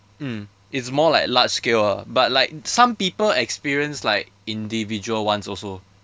mm it's more like large scale ah but like some people experience like individual ones also